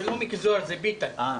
זה לא מיקי זוהר, זה ביטן...